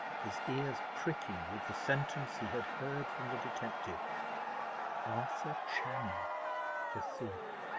his ears pricking with the sentence he had heard from the detective arthur channing the thief!